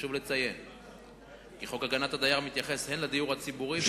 חשוב לציין כי חוק הגנת הדייר מתייחס הן לדיור הציבורי,